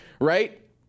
right